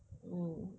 mm